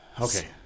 Okay